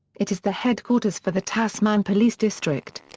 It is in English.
it is the headquarters for the tasman police district.